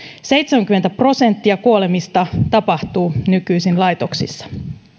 seitsemänkymmentä prosenttia kuolemista tapahtuu nykyisin laitoksissa